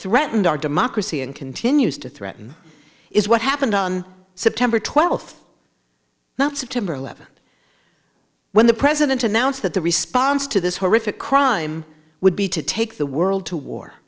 threatened our democracy and continues to threaten is what happened on september twelfth not september eleventh when the president announced that the response to this horrific crime would be to take the world to war